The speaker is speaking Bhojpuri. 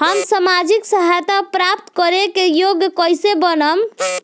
हम सामाजिक सहायता प्राप्त करे के योग्य कइसे बनब?